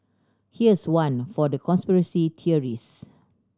here's one for the conspiracy theorist